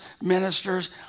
ministers